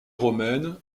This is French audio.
romaines